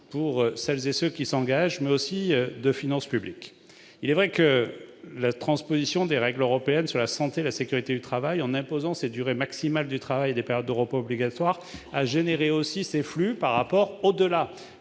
pour celles et ceux qui s'engagent, mais aussi de finances publiques. Il est vrai que la transposition des règles européennes sur la santé et la sécurité du travail, en imposant ces durées maximales du travail et des périodes de repos obligatoire, a engendré aussi ces flux, au-delà